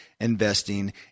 investing